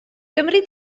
gymri